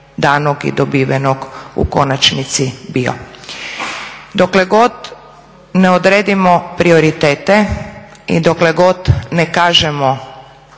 danog i dobivenog u konačnici bio. Dokle god ne odredimo prioritete i dokle god ne kažemo